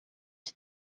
was